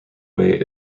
way